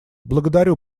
благодарю